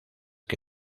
que